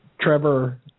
Trevor